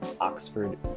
Oxford